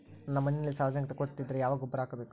ನನ್ನ ಮಣ್ಣಿನಲ್ಲಿ ಸಾರಜನಕದ ಕೊರತೆ ಇದ್ದರೆ ಯಾವ ಗೊಬ್ಬರ ಹಾಕಬೇಕು?